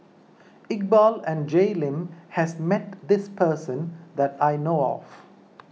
Iqbal and Jay Lim has met this person that I know of